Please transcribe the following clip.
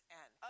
end